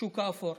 השוק האפור,